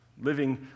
living